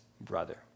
brother